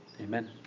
Amen